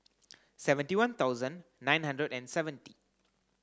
seventy one thousand nine hundred and seventy